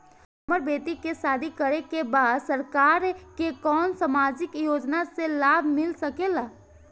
हमर बेटी के शादी करे के बा सरकार के कवन सामाजिक योजना से लाभ मिल सके ला?